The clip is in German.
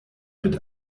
mit